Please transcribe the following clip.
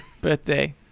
Birthday